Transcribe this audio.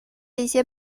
一些